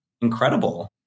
incredible